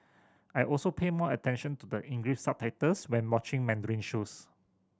I also pay more attention to the English subtitles when watching Mandarin shows